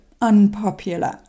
unpopular